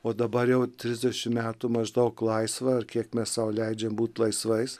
o dabar jau trisdešimt metų maždaug laisva ar kiek mes sau leidžiam būt laisvais